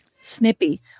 snippy